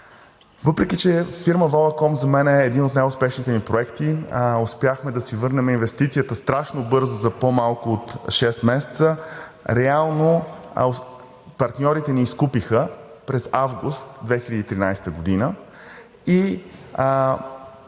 Въпреки че фирма „Волаком“ за мен е един от най-успешните ми проекти, успяхме да си върнем инвестицията страшно бързо – за по-малко от шест месеца. Реално партньорите ни изкупиха през август 2013 г. На